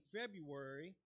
February